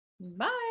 Bye